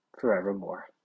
forevermore